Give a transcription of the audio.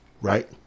right